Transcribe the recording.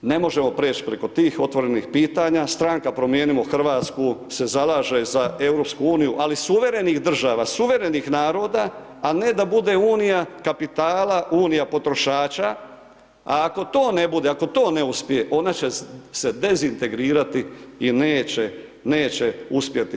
Ne možemo prijeći preko tih otvorenih pitanja, stranka Promijenimo Hrvatsku se zalaže za EU ali suverenih država, suverenih naroda a ne da bude unija kapitala, unija potrošača a ako to ne bude, ako to ne uspije, ona će se dezintegrirati i neće uspjeti.